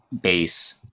base